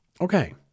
okay